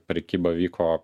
prekyba vyko